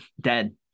dead